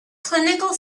clinical